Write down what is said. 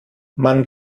mann